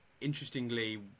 Interestingly